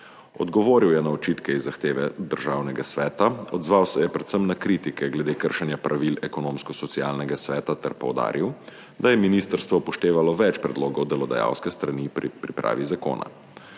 Odgovoril je na očitke iz zahteve Državnega sveta, odzval se je predvsem na kritike glede kršenja pravil Ekonomsko-socialnega sveta ter poudaril, da je ministrstvo upoštevalo več predlogov delodajalske strani pri pripravi zakona.